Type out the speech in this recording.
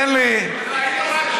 תן לי.